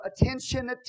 attention